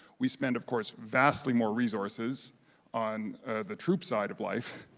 we spend of course vastly more resources on the troop side of life,